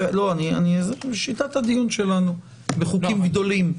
שיטת הדיון שלנו בחוקים גודלים.